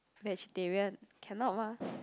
vegetarian cannot mah